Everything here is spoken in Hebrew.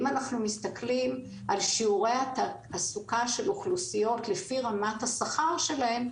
אם אנחנו מסתכלים על שיעורי התעסוקה של אוכלוסיות לפי רמת השכר שלהן,